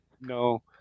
No